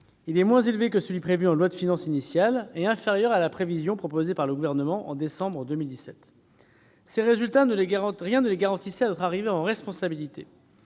est moins élevé que ce qui était prévu en loi de finances initiale et inférieur à la prévision présentée par le Gouvernement au mois de décembre 2017. Ces résultats, rien ne les garantissait à notre arrivée aux responsabilités.